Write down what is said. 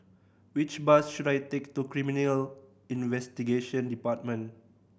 which bus should I take to Criminal Investigation Department